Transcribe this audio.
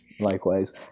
Likewise